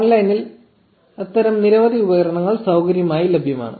ഓൺലൈനിൽ അത്തരം നിരവധി ഉപകരണങ്ങൾ സൌജന്യമായി ലഭ്യമാണ്